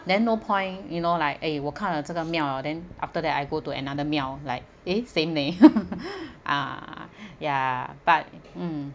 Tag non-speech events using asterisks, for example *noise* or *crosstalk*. then no point you know like eh 我看了这个庙 ah then after that I go to another miao like eh same leh *noise* ah ya but mm